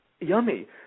yummy